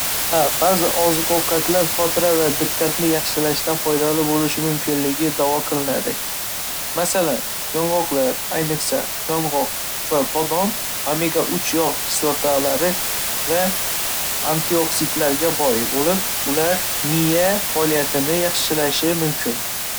Ha, ba'zi oziq-ovqatlar xotira va diqqatni yaxshilashda foydali bo'lishi mumkinligi da'vo qilinadi. Masalan, yong'oqlar, ayniqsa, yong'oq va bodom, omega uch yog' kislotalari va antioksidantlarga boy bo'lib, ular miya faoliyatini yaxshilashi mumkin.